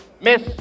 Miss